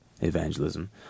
evangelism